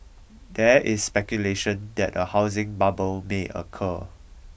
there is speculation that a housing bubble may occur